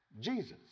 Jesus